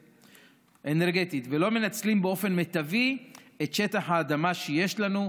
אנרגטית ולא מנצלים באופן מיטבי את שטח האדמה שיש לנו,